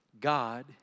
God